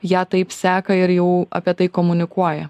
ją taip seka ir jau apie tai komunikuoja